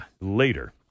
later